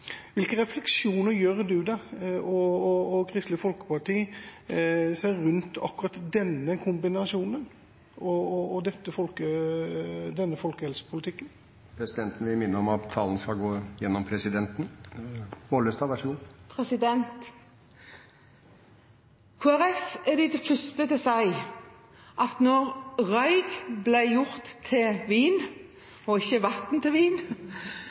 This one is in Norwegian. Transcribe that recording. Hvilke refleksjoner gjør du deg – og Kristelig Folkeparti – om akkurat denne kombinasjonen og denne folkehelsepolitikken? Presidenten vil minne om at talen skal gå gjennom presidenten. I Kristelig Folkeparti er vi de første til å si at da røyk ble gjort til vin – og ikke vann til vin